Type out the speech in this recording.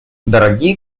дорогие